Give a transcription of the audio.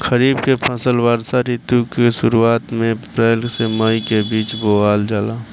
खरीफ के फसल वर्षा ऋतु के शुरुआत में अप्रैल से मई के बीच बोअल जाला